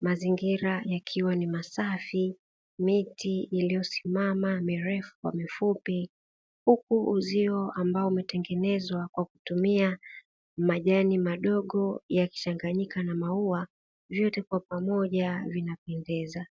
mazingira yakiwa ni masafi, miti iliyosimama mirefu kwa mifupi. Huku uzio ambao umetengenezwa kwa kutumia majani madogo ya kichanganyika na maua vyote kwa pamoja vinapendeza.